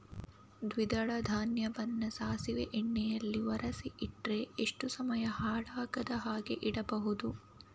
ದ್ವಿದಳ ಧಾನ್ಯವನ್ನ ಸಾಸಿವೆ ಎಣ್ಣೆಯಲ್ಲಿ ಒರಸಿ ಇಟ್ರೆ ಎಷ್ಟು ಸಮಯ ಹಾಳಾಗದ ಹಾಗೆ ಇಡಬಹುದು?